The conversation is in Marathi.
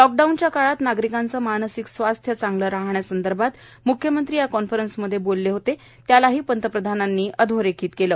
लॉकडाऊनच्या काळात नागरिकांचे मानसिक स्वास्थ्य चांगले असण्यासंदर्भात म्ख्यमंत्री या कॉन्फरन्समध्ये बोलले होते त्यालाही पंतप्रधानांनी अधोरेखित केले